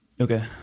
Okay